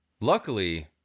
Luckily